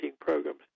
programs